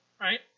right